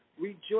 Rejoice